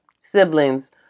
siblings